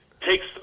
takes